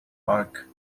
park